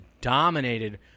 dominated